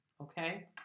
okay